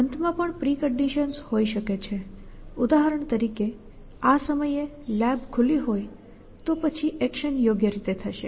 અંતમાં પણ પ્રિકન્ડિશન્સ હોઈ શકે છે ઉદાહરણ તરીકે આ સમયે લેબ ખુલી હોય તો પછી એક્શન યોગ્ય રીતે થશે